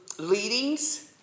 leadings